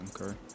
Okay